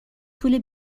طول